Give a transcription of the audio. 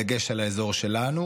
בדגש על האזור שלנו,